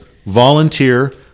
volunteer